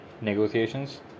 negotiations